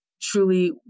truly